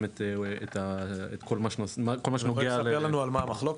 את כל מה שנוגע ל- -- אתה יכול לספר לנו על מה המחלוקת,